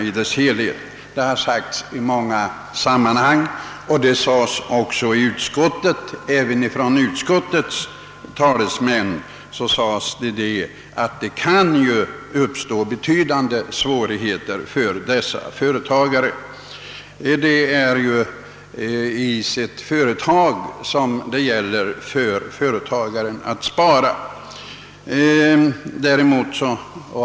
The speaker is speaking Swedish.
I många sammanhang har det sagts — och det sades även i utskottet — att betydande svårigheter vid sjukdom kan uppstå för dessa företagare. Det gäller för företagare att spara i sitt företag.